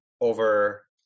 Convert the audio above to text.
over